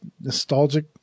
nostalgic